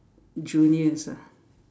juniors ah